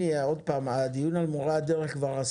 כבר ערכנו דיון על מורי הדרך.